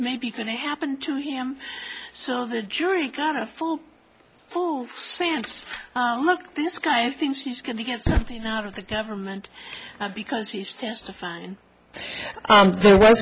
maybe going to happen to him so the jury got a full sense look this guy thinks he's going to get something out of the government because he's fine there was